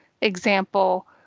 example